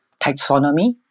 taxonomy